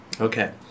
Okay